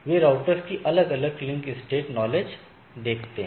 ये राउटर्स की अलग अलग लिंक स्टेट नॉलेज हैं